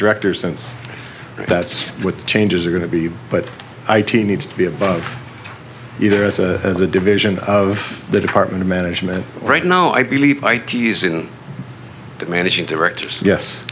director since that's what the changes are going to be but i t needs to be above either as a as a division of the department of management right now i believe that managing directors yes